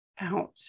out